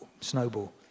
snowball